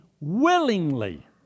willingly